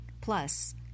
Plus